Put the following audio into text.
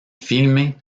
filme